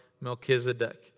Melchizedek